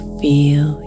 feel